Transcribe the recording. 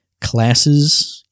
classes